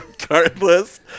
Regardless